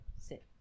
sit